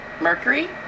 Mercury